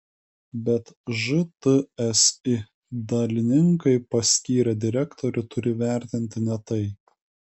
bet žtsi dalininkai paskyrę direktorių turi vertinti ne tai